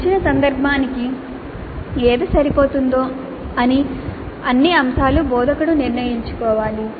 ఇచ్చిన సందర్భానికి ఏది సరిపోతుందో అన్ని అంశాలు బోధకుడు నిర్ణయించుకోవాలి